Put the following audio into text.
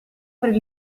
per